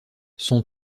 son